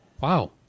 wow